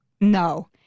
no